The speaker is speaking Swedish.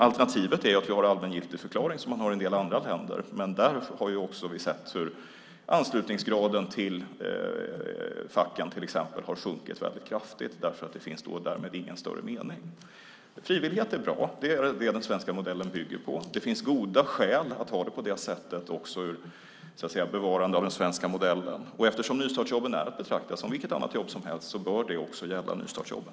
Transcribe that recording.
Alternativet är att vi har allmängiltigförklaring, som man har i en del andra länder, men där har vi också sett hur anslutningsgraden till facken har sjunkit väldigt kraftigt därför att det inte finns någon större mening att vara med. Frivillighet är bra. Det är det den svenska modellen bygger på. Det finns goda skäl att ha det på det sättet och att bevara den svenska modellen. Eftersom nystartsjobben är att betrakta som vilka andra jobb som helst bör detta också gälla nystartsjobben.